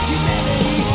humanity